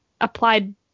applied